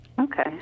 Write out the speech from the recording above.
Okay